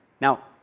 Now